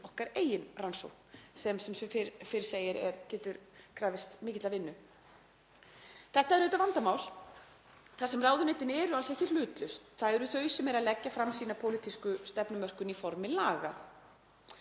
okkar eigin rannsókn sem, eins og fyrr segir, getur krafist mikillar vinnu. Þetta er auðvitað vandamál þar sem ráðuneytin eru alls ekki hlutlaus. Það eru þau sem eru að leggja fram sína pólitísku stefnumörkun í formi laga.